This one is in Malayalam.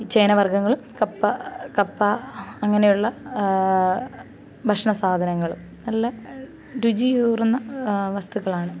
ചേന വർഗ്ഗങ്ങളും കപ്പ കപ്പ അങ്ങനെയുള്ള ഭക്ഷണ സാധനങ്ങൾ നല്ല രുചിയൂറുന്ന വസ്തുക്കളാണ്